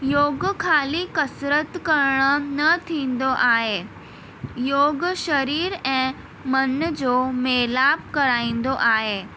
योग ख़ाली कसरतु करण न थींदो आहे योग शरीर ऐं मन जो मिलापु कराईंदो आहे